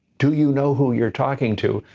do you know who you're talking to?